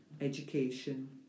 education